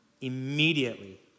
Immediately